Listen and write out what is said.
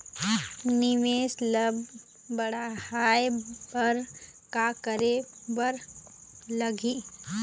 निवेश ला बड़हाए बर का करे बर लगही?